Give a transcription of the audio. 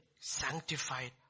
Sanctified